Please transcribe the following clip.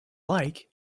like